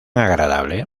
agradable